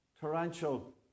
torrential